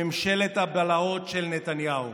לממשלת הבלהות של נתניהו.